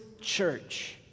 church